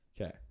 okay